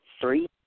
Three